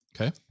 Okay